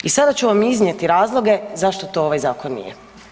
I sada ću vam iznijeti razloge zašto to ovaj zakon nije.